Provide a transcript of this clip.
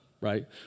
right